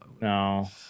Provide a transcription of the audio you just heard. No